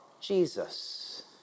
Jesus